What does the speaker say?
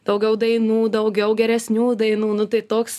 daugiau dainų daugiau geresnių dainų nu tai toks